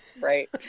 Right